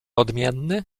odmienny